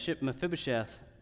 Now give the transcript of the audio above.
Mephibosheth